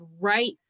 right